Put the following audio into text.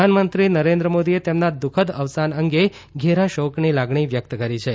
પ્રધાનમંત્રી નરેન્દ્ર મોદીએ તેમના દુઃખદ અવસાન અંગે ઘેરા શોકની લાગણી વ્યકત કરી છે